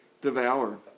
devour